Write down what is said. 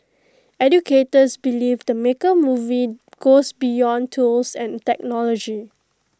educators believe the maker movement goes beyond tools and technology